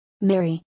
Mary